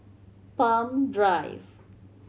Palm Drive